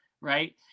right